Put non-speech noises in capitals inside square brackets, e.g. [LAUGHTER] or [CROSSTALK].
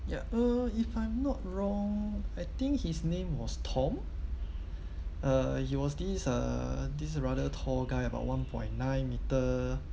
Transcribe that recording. ya uh if I'm not wrong I think his name was tom [BREATH] uh he was this uh this is rather tall guy about one point nine meter